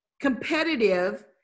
competitive